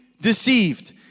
deceived